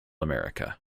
america